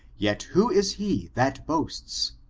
yet who is he that boasts,